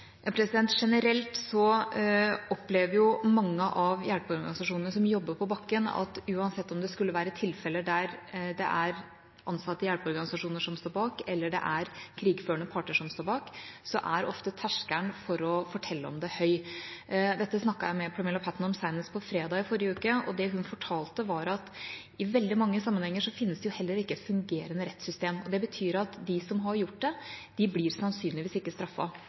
Generelt opplever mange av hjelpeorganisasjonene som jobber på bakken, uansett om det skulle være tilfeller der det er ansatte i hjelpeorganisasjoner som står bak, eller det er krigførende parter som står bak, at terskelen for å fortelle om det ofte er høy. Dette snakket jeg med Pramila Patten om senest på fredag i forrige uke. Det hun fortalte, var at i veldig mange sammenhenger finnes det heller ikke et fungerende rettssystem, og det betyr at de som har gjort det, sannsynligvis ikke blir